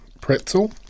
pretzel